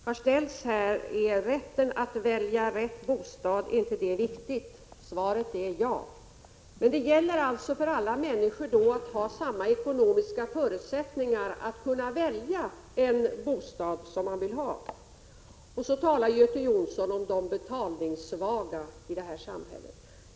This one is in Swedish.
Prot. 1986/87:23 Herr talman! Den enda fråga som här har ställts är följande: Är rätten att 11 november 1986 välja bostad viktig? Svaret är ja. Men det gäller då också att alla människor SE 5 Eee söt ä Om socialnämndernas skall ha samma ekonomiska förutsättningar att välja den bostad de vill ha. ; 3 medverkan i samhälls Göte Jonsson talar om de betalningssvaga i samhället.